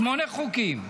שמונה חוקים.